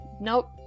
Nope